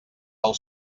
del